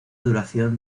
duración